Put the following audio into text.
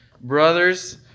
brothers